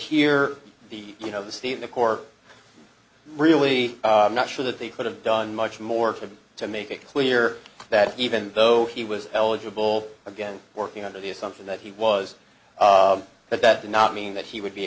here the you know the steve the core really not sure that they could have done much more to make it clear that even though he was eligible again working under the assumption that he was but that did not mean that he would be